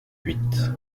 huit